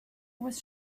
was